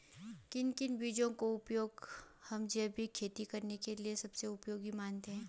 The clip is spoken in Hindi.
किन किन बीजों का उपयोग हम जैविक खेती करने के लिए सबसे उपयोगी मानते हैं?